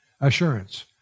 Assurance